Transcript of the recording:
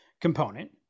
component